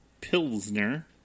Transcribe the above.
Pilsner